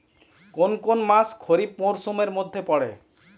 কোন কোন মাস খরিফ মরসুমের মধ্যে পড়ে?